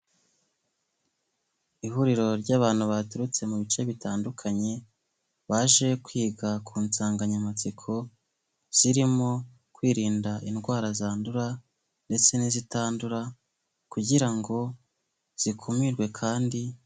Ihuriro ry'abantu baturutse mu bice bitandukanye baje kwiga ku nsanganyamatsiko zirimo kwirinda indwara zandura, ndetse n'izitandura, kugira ngo zikumirwe kandi.